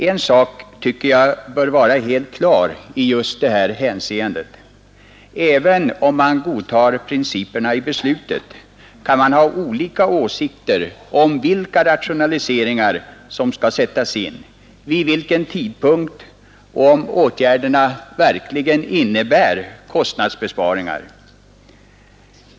En sak tycker jag bör vara helt klar i just detta hänseende — även om man godtar principerna i beslutet, kan man ha olika åsikter om vilka rationaliseringar som skall sättas in, vid vilken tidpunkt de skall genomföras och om åtgärderna verkligen innebär kostnadsbesparingar.